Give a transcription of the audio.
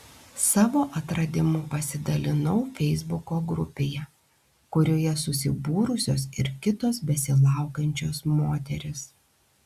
savo atradimu pasidalinau feisbuko grupėje kurioje susibūrusios ir kitos besilaukiančios moterys